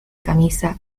camisa